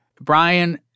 Brian